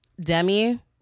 Demi